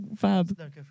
Fab